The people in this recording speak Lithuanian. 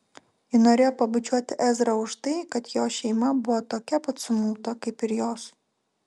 ji norėjo pabučiuoti ezrą už tai kad jo šeima buvo tokia pat sumauta kaip ir jos